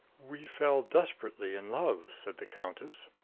we fell desperately in love, said the countess.